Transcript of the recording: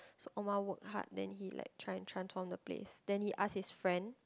so Omar worked hard then like he tried to own the place then he asked his friend